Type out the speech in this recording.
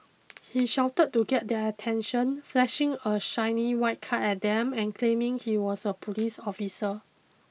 he shouted to get their attention flashing a shiny white card at them and claiming he was a police officer